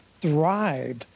thrive